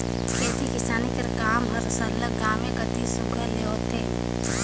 खेती किसानी कर काम हर सरलग गाँवें कती सुग्घर ले होथे